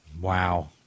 wow